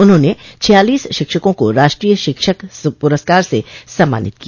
उन्होंने छियालीस शिक्षकों को राष्ट्रीय शिक्षक पुरस्कार से सम्मानित किया